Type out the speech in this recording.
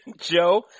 Joe